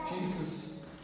Jesus